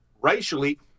racially